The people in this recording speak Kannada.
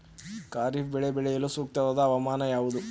ಖಾರಿಫ್ ಬೆಳೆ ಬೆಳೆಯಲು ಸೂಕ್ತವಾದ ಹವಾಮಾನ ಯಾವುದು?